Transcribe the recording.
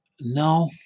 No